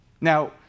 Now